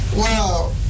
wow